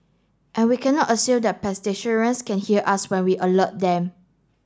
and we cannot assume that pedestrians can hear us when we alert them